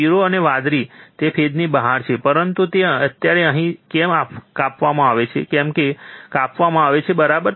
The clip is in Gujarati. પીળો અને વાદળી તે ફેઝની બહાર છે પરંતુ તે અત્યારે અહીં કેમ કાપવામાં આવે છે તે કેમ કાપવામાં આવે છે બરાબર